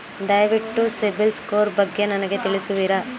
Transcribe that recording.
ದಯವಿಟ್ಟು ಸಿಬಿಲ್ ಸ್ಕೋರ್ ಬಗ್ಗೆ ನನಗೆ ತಿಳಿಸುವಿರಾ?